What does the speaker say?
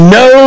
no